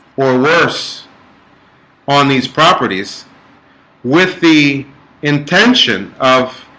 or worse on these properties with the intention of